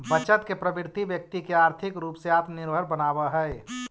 बचत के प्रवृत्ति व्यक्ति के आर्थिक रूप से आत्मनिर्भर बनावऽ हई